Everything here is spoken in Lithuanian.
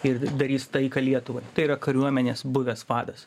ir darys taiką lietuvai tai yra kariuomenės buvęs vadas